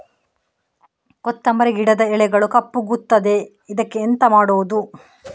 ಕೊತ್ತಂಬರಿ ಗಿಡದ ಎಲೆಗಳು ಕಪ್ಪಗುತ್ತದೆ, ಇದಕ್ಕೆ ಎಂತ ಮಾಡೋದು?